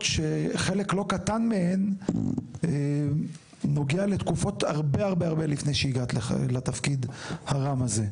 שחלק לא קטן מהן נוגע לתקופות הרבה הרבה לפני שהגעת לתפקיד הרם הזה.